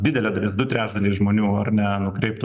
didelė dalis du trečdaliai žmonių ar ne nukreiptų